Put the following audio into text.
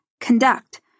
Conduct